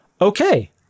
okay